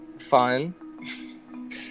fun